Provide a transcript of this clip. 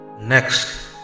Next